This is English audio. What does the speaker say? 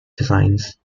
designs